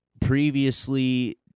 previously